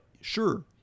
sure